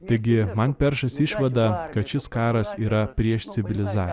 taigi man peršasi išvada kad šis karas yra prieš civilizaciją